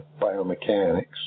biomechanics